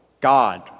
God